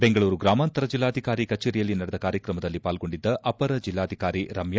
ಬೆಂಗಳೂರು ಗ್ರಾಮಾಂತರ ಜಿಲ್ಲಾಧಿಕಾರಿ ಕಚೇರಿಯಲ್ಲಿ ನಡೆದ ಕಾರ್ಯಕ್ರಮದಲ್ಲಿ ಪಾಲ್ಗೊಂಡಿದ್ದ ಅಪರ ಜಿಲ್ಲಾಧಿಕಾರಿ ರಮ್ಯ